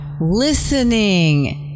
listening